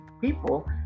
people